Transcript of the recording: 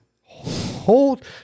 hold